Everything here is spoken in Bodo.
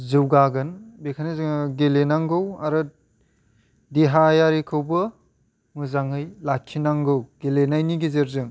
जौगागोन बेखायनो जोङो गेलेनागौ आरो देहायारिखौबो मोजाङै लाखिनांगौ गेलेनायनि गेजेरजों